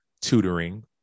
tutoring